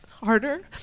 harder